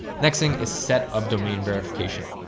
next thing is set up domain verification.